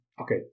okay